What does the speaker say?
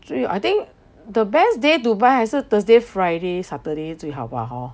只有 I think the best day to buy 还是 Thursday Friday Saturday 最好吧 hor